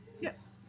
Yes